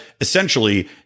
essentially